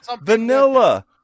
vanilla